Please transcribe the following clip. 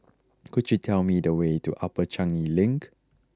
could you tell me the way to Upper Changi Link